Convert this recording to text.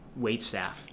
waitstaff